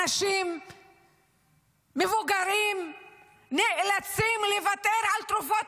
אנשים מבוגרים נאלצים לוותר על תרופות